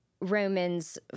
Romans